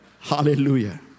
Hallelujah